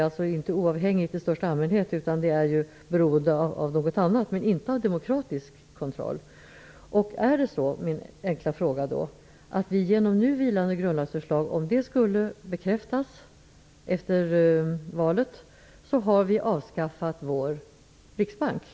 Banken är inte oavhängig i största allmänhet, utan den är beroende av någonting. Den är dock inte beroende av demokratisk kontroll. Vad händer om det nu vilande grundlagsförslaget bekräftas efter valet? Har vi därigenom avskaffat Riksbanken?